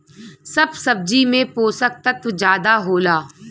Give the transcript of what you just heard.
सब सब्जी में पोसक तत्व जादा होला